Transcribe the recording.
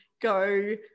go